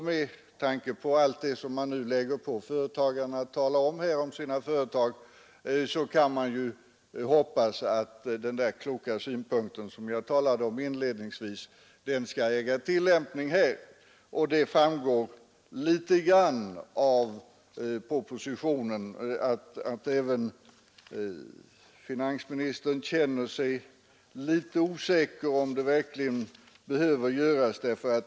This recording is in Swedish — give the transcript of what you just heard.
Med tanke på allt det som företagen nu åläggs att tala om kan man ju hoppas att den kloka synpunkten som jag talade om inledningsvis skall äga tillämpning här. Det framgår litet grand av propositionen att även finansministern känner sig något osäker om allt detta verkligen behöver göras.